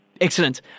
Excellent